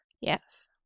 Yes